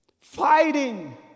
fighting